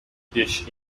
dish